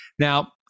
Now